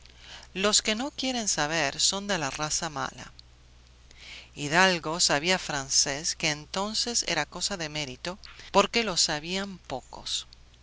los que no quieren saber son de la raza mala hidalgo sabía francés que entonces era cosa de mérito porque lo sabían pocos